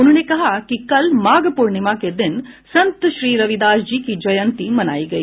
उन्होंने कहा कि कल माघ पूर्णिमा के दिन संत श्री रविदास जी की जयंती मनाई गई